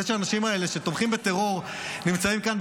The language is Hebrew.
זה שהאנשים האלה שתומכים בטרור נמצאים כאן,